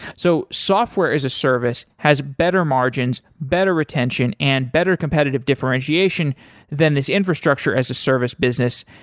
so software as a service has better margins, better retention and better competitive differentiation than this infrastructure as a service business.